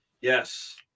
Yes